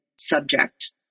subject